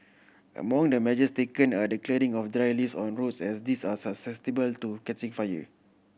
among the measures taken are the clearing of dry leaves on roads as these are susceptible to catching fire